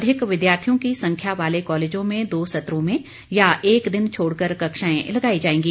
अधिक विद्यार्थियों की संख्या वाले कालेजों में दो सत्रों में या एक दिन छोड़कर कक्षाएं लगाई जाएंगी